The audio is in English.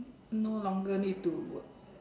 no longer need to work